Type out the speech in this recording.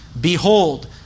Behold